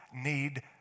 need